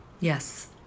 Yes